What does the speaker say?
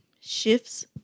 shifts